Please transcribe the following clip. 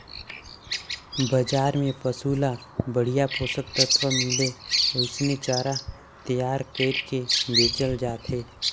बजार में पसु ल बड़िहा पोषक तत्व मिले ओइसने चारा तईयार कइर के बेचल जाथे